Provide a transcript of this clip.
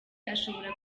ashobora